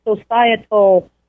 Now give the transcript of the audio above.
societal